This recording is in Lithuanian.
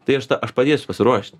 tai aš tą aš padėsiu pasiruošt